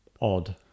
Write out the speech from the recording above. odd